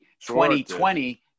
2020